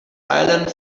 silent